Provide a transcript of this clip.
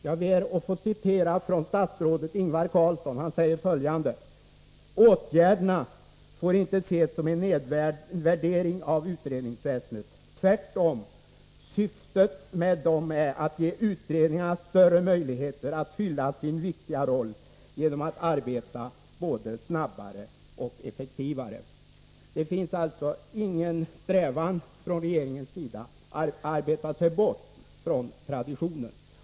Jag ber att få citera från statsrådet Ingvar Carlsson: ”Åtgärderna får inte ses som en nedvärdering av utredningsväsendet. Tvärtom, syftet med dem är att ge utredningarna större möjligheter att fylla sin viktiga roll genom att arbeta både snabbare och effektivare.” Det finns alltså ingen strävan från regeringens sida att arbeta sig bort från traditionen.